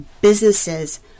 businesses